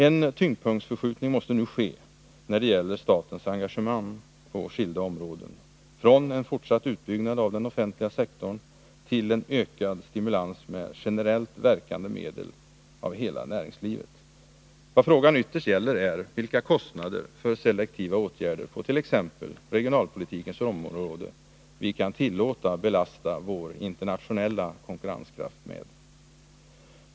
En tyngdpunktsförskjutning måste ske när det gäller statens engagemang på skilda områden, från en fortsatt utbyggnad av den offentliga sektorn till en ökad stimulans med generella medel för hela näringslivet. Vad frågan ytterst gäller är vilka kostnader för selektiva åtgärder på t.ex. regionalpolitikens område vi kan tillåta belasta vår internationella konkurrenskraft med.